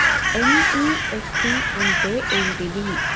NEFT అంటే ఏంటిది?